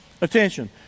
attention